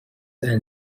and